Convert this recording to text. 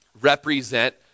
represent